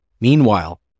Meanwhile